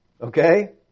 Okay